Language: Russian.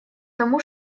тому